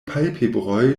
palpebroj